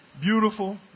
beautiful